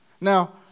Now